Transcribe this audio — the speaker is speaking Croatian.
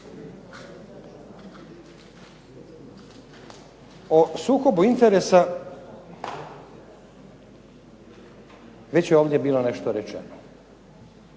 O sukobu interesa već je ovdje bilo nešto rečeno.